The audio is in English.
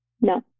no